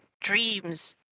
dreams